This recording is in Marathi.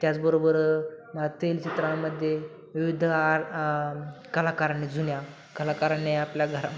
त्याचबरोबर तेलचित्रामध्ये विविध आ कलाकारांनी जुन्या कलाकारांनी आपल्या घरा